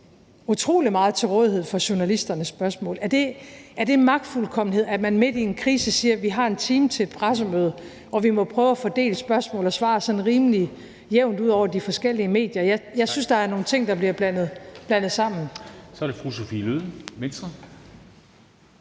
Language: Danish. utrolig meget til rådighed for journalisternes spørgsmål. Er det magtfuldkommenhed, at man midt i en krise siger: Vi har en time til et pressemøde, og vi må prøve at fordele spørgsmål og svar sådan rimelig jævnt ud over de forskellige medier? Jeg synes, der er nogle ting, der bliver blandet sammen. Kl. 22:53 Formanden